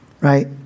right